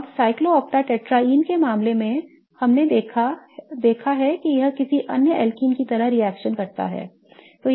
अब cyclooctatetraene के मामले में हमने देखा है कि यह किसी अन्य alkene की तरह ही रिएक्शन करता है